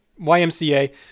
YMCA